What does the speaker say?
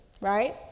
right